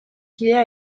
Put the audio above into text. kidea